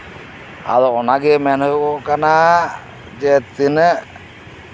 ᱟᱫᱚ ᱚᱱᱟᱜᱮ ᱢᱮᱱ ᱦᱩᱭᱩᱜ ᱠᱟᱱᱟ ᱛᱤᱱᱟᱹᱜ